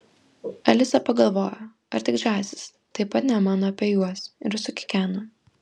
alisa pagalvojo ar tik žąsys taip pat nemano apie juos ir sukikeno